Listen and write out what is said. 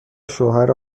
شوهر